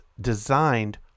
designed